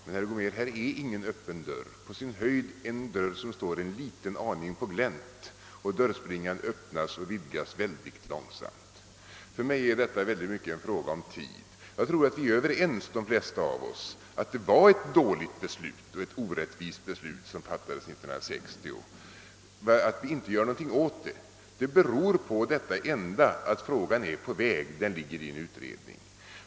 Men, herr Gomér, här är ingen öppen dörr — möjligen en dörr som står en aning på glänt och dörrspringan vidgas mycket långsamt. För mig är detta i stor utsträckning en fråga om tid. Jag tror att de flesta av oss är överens om att det var ett dåligt och orättvist beslut som fattades 1960. Att vi inte gör någonting åt det beror på att frågan är på väg, att den är under utredning.